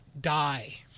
die